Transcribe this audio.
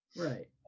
Right